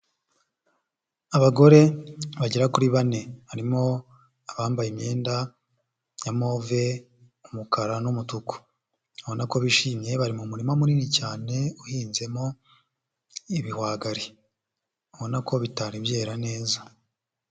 Abagore bagera kuri bane, harimo abambaye imyenda ya move, umukara n'umutu, ubona ko bishimye, bari mu murima munini cyane uhinzemo ibihwagari, ubona ko bitari byera neza.